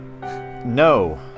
No